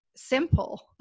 simple